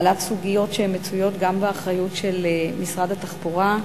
בעלת סוגיות שמצויות גם באחריות של משרד התחבורה,